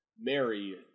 Mary